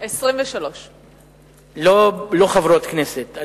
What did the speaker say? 23. לא חברות כנסת,